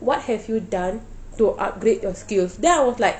what have you done to upgrade your skills then I was like